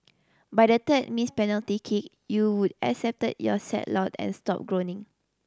by the third missed penalty kick you would accepted your sad lot and stopped groaning